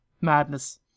madness